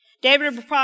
David